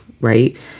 right